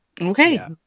Okay